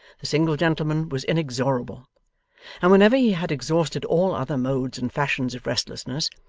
the single gentleman was inexorable and whenever he had exhausted all other modes and fashions of restlessness,